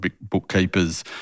bookkeeper's